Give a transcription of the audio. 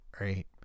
right